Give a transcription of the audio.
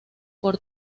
por